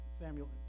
Samuel